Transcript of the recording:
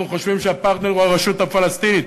אנחנו חושבים שהפרטנר הוא הרשות הפלסטינית.